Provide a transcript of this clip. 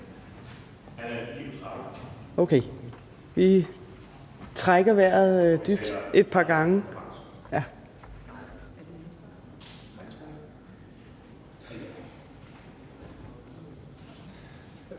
Vi trækker vejret dybt et par gange.